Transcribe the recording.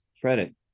credit